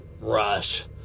rush